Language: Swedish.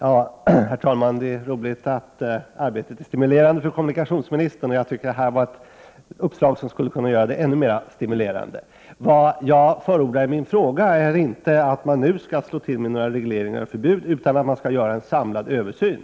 Herr talman! Det var roligt att arbetet är stimulerande för kommunikationsministern. Jag tycker att detta är ett uppslag som skulle kunna göra det ännu mer stimulerande. Det jag förordar i min fråga är inte att man nu skall slå till med några regleringar och förbud, utan att man skall göra en samlad översyn.